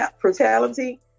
brutality